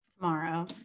Tomorrow